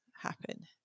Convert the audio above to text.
happen